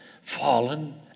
fallen